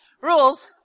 rules